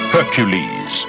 Hercules